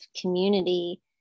community